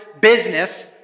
business